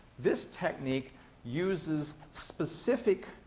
this technique uses specific